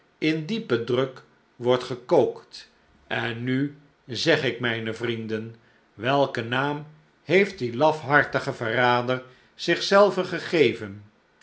in diepen druk wordt gekookt en nu zeg ik mijne vrienden welken naam heeft die lafhartige verraderzich zelven gegeven